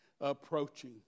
approaching